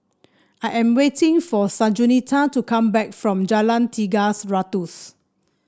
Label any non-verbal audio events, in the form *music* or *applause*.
I am waiting for Sanjuanita to come back from Jalan Tiga *unintelligible* Ratus